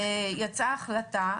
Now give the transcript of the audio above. יצאה החלטה,